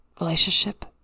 relationship